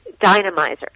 dynamizer